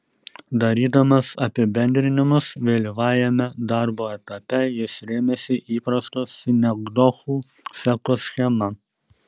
darydamas apibendrinimus vėlyvajame darbo etape jis rėmėsi įprastos sinekdochų sekos schema